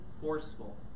forceful